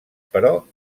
però